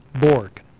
Borg